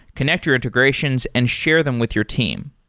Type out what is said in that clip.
connect your integrations and share them with your team.